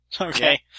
Okay